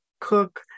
Cook